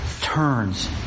turns